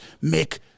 make